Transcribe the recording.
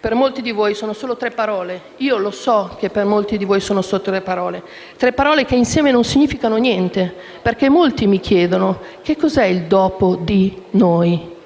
Per molti di voi sono solo tre parole, io lo so che per molti di voi sono solo tre parole, tre parole che insieme non significano niente. Molti mi chiedono: che cos'è il "dopo di noi"?